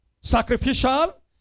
sacrificial